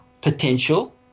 potential